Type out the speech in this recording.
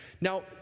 Now